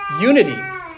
unity